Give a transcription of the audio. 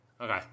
Okay